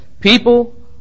people